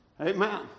Amen